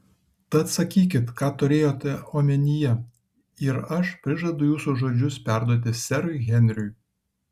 tad sakykit ką turėjote omenyje ir aš prižadu jūsų žodžius perduoti serui henriui